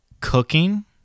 cooking